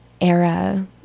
era